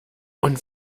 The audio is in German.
und